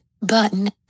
Button